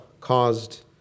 caused